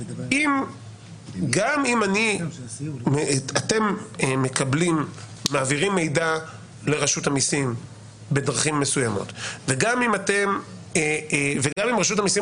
גם אם אתם מעבירים מידע לרשות המיסים בדרכים מסוימות וגם אם רשות המיסים